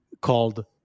called